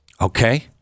Okay